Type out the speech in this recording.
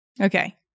Okay